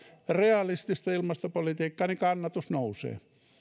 realistista ilmastopolitiikkaa niin kannatus nousee